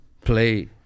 play